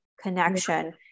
connection